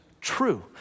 true